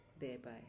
thereby